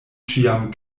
ĉiam